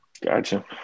Gotcha